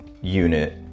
unit